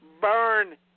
burn